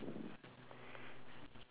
ya same